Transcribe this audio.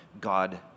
God